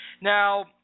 Now